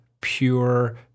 pure